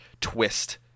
twist